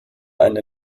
eine